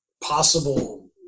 possible